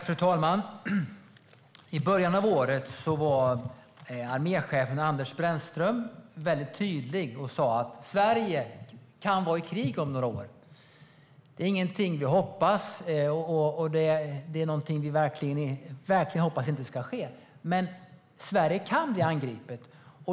Fru talman! I början av året var arméchefen Anders Brännström väldigt tydlig. Han sa att Sverige kan vara i krig om några år. Det är verkligen inte något vi hoppas ska ske, men Sverige kan bli angripet.